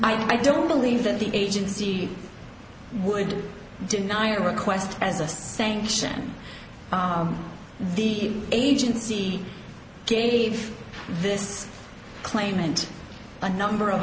i don't believe that the agency would deny a request as a sanction the agency gave this claimant a number of